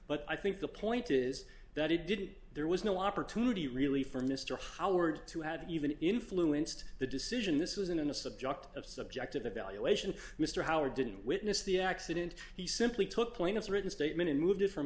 but i think the point is that he didn't there was no opportunity really for mr howard to have even influenced the decision this was in the subject of subjective evaluation of mr howard didn't witness the accident he simply took point of the written statement and moved from